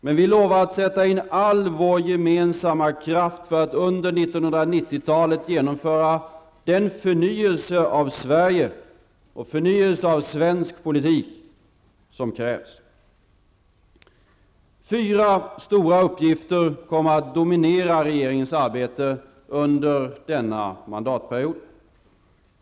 Men vi lovar att sätta in all vår gemensamma kraft för att under 1990-talet genomföra den förnyelse av Sverige och den förnyelse av svensk politik som krävs. Fyra stora uppgifter kommer att dominera regeringens arbete under denna mandatperiod.